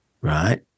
right